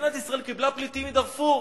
מדינת ישראל קיבלה פליטים מדארפור.